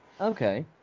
okay